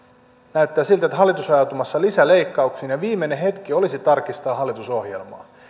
näyttää siltä että hallitus on ajautumassa lisäleikkauksiin ja viimeinen hetki olisi tarkistaa hallitusohjelmaa